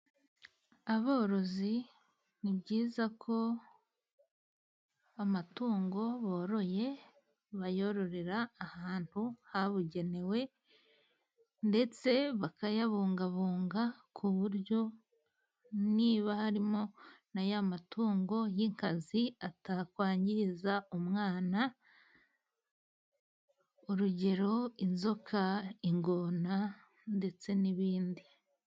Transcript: Aborozi ni byiza ko amatungo boroye bayororera ahantu habugenewe ndetse bakayabungabunga ku buryo niba harimo na ya matungo y'inkazi atakwangiza umwana urugero inzoka ,ingona ndetse n'ibindi.